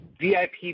VIP